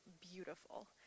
beautiful